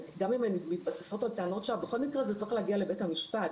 גם אם הן מתבססות על טענות בכל מקרה זה צריך להגיע לבית המשפט.